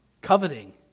Coveting